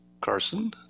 Carson